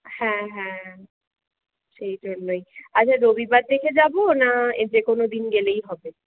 হ্যাঁ হ্যাঁ সেই জন্যই আচ্ছা রবিবার দেখে যাব না যে কোনদিন গেলেই হবে